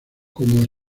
como